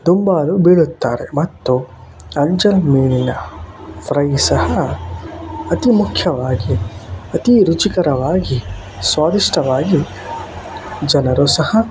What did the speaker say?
ದುಂಬಾಲು ಬೀಳುತ್ತಾರೆ ಮತ್ತು ಅಂಜಲ್ ಮೀನಿನ ಫ್ರೈ ಸಹ ಅತಿ ಮುಖ್ಯವಾಗಿ ಅತೀ ರುಚಿಕರವಾಗಿ ಸ್ವಾದಿಷ್ಟವಾಗಿ ಜನರು ಸಹ